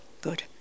Good